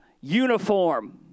uniform